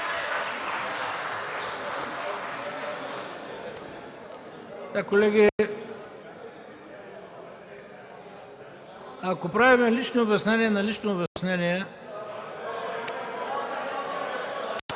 ако правим лични обяснения на лично обяснение ...